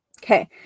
Okay